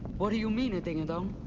what do you mean dingadong?